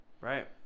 Right